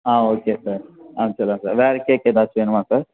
ஆ okay sir ஆ சொல்லுங்க sir வேறு கேக் ஏதாச்சும் வேணுமா சார்